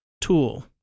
tool